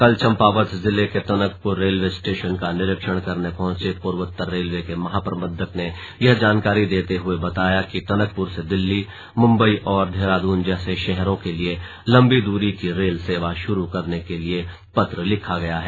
कल चंपावत जिले के टनकपुर रेलवे स्टेशन का निरीक्षण करने पहुंचे पूर्वोत्तर रेलवे के महाप्रबंधक ने यह जानकारी देते हुए बताया कि टनकपुर से दिल्ली मुंबई और देहरादून जैसे शहरों के लिए लम्बी दूरी की रेल सेवा शुरू करने के लिए पत्र लिखा गया है